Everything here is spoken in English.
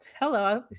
hello